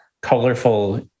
colorful